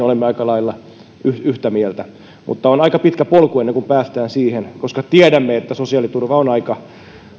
olemme aika lailla yhtä mieltä mutta on aika pitkä polku ennen kuin päästään siihen koska tiedämme että sosiaaliturva on aika